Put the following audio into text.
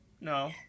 No